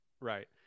Right